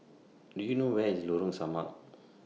Do YOU know Where IS Lorong Samak